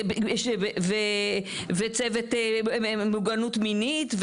וצוות מוגנות מינית,